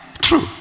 true